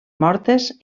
mortes